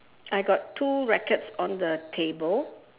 I got two rackets on the table